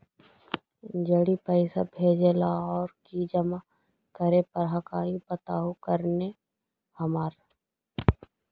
जड़ी पैसा भेजे ला और की जमा करे पर हक्काई बताहु करने हमारा?